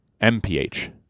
MPH